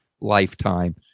lifetime